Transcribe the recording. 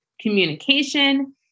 communication